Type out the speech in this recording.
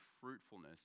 fruitfulness